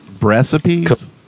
recipes